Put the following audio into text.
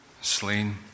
Slain